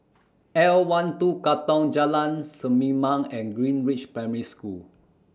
L one two Katong Jalan Selimang and Greenridge Primary School